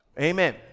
Amen